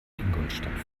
ingolstadt